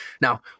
Now